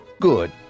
Good